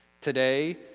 today